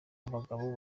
abagabo